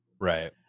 Right